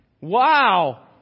Wow